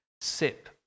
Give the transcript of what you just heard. sip